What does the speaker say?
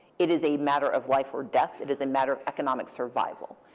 it is a matter of life or death. it is a matter of economic survival.